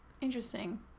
Interesting